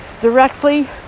directly